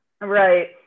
right